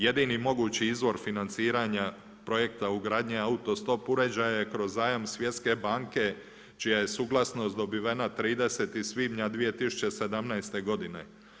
Jedini mogući izvor financiranja projekta ugradnje auto stop uređaja je kroz zajam Svjetske banke čija je suglasnost dobivena 30. svibnja 2017. godine.